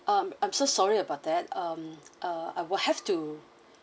um I'm so sorry about that um uh I will have to